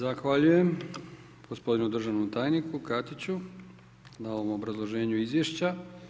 Zahvaljujem gospodinu državnom tajniku Katiću na ovom obrazloženju Izvješća.